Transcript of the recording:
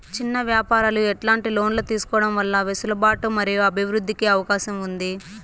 చిన్న వ్యాపారాలు ఎట్లాంటి లోన్లు తీసుకోవడం వల్ల వెసులుబాటు మరియు అభివృద్ధి కి అవకాశం ఉంది?